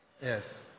yes